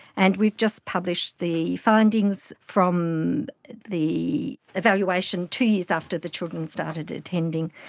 and we've just published the findings from the evaluation two years after the children started attending,